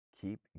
Keep